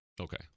Okay